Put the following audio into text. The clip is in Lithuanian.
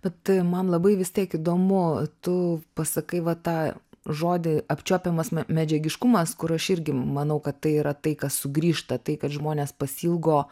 bet man labai vis tiek įdomu tu pasakai va tą žodį apčiuopiamas medžiagiškumas kur aš irgi manau kad tai yra tai kas sugrįžta tai kad žmonės pasiilgo